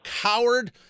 Coward